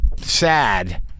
sad